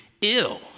ill